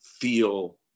feel